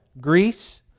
Greece